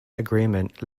agreement